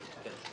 כן.